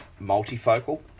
multifocal